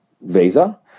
visa